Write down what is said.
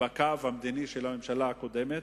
בקו המדיני של הממשלה הקודמת,